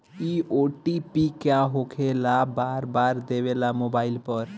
इ ओ.टी.पी का होकेला बार बार देवेला मोबाइल पर?